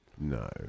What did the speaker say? No